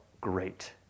great